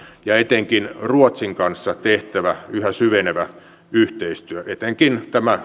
ja etenkin ruotsin kanssa tehtävä yhä syvenevä yhteistyö etenkin harjoitustasolla tämä